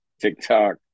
TikTok